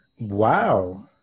Wow